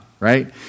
right